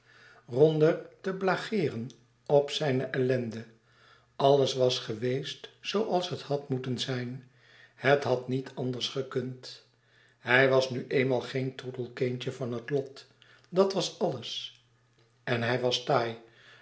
ronder te blageeren op zijne ellende alles was geweest zooals het had moeten zijn het had niet anders gekund hij was nu eenmaal geen troetelkindje van het lot dat was alles en hij was taai